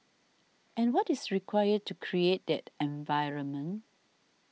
and what is required to create that environment